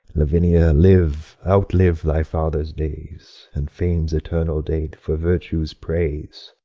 lavinia, live outlive thy father's days, and fame's eternal date, for virtue's praise!